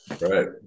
Right